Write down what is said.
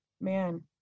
man